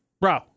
bro